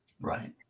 Right